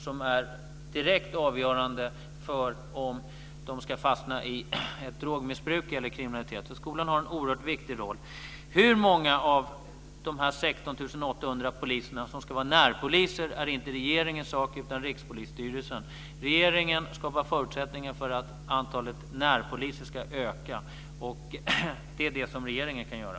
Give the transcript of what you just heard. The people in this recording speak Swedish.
Det är direkt avgörande för om de ska fastna i ett drogmissbruk eller i kriminalitet. Skolan har alltså en oerhört viktig roll. Hur många av de här 16 800 poliserna som ska vara närpoliser är inte regeringens sak att avgöra utan Rikspolisstyrelsens. Regeringen skapar förutsättningar för att antalet närpoliser ska öka. Det är det som regeringen kan göra.